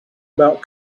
about